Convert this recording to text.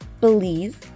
Belize